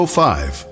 five